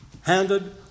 handed